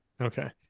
Okay